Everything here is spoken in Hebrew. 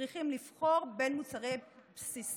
צריכים לבחור בין מוצרים בסיסיים,